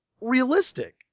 realistic